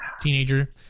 teenager